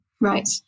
Right